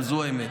אבל זו האמת.